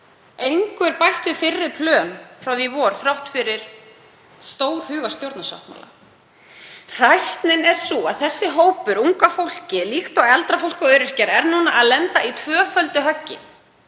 Engu er bætt við fyrri plön frá því í vor þrátt fyrir stórhuga stjórnarsáttmála. Hræsnin er sú að þessi hópur, unga fólkið, líkt og eldra fólk og öryrkjar, er núna að lenda í tvöföldu höggi.